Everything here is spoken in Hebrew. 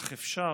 אך אפשר,